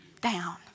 down